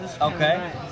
Okay